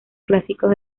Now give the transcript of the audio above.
clásicos